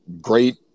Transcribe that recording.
great